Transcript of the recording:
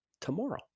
tomorrow